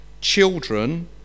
children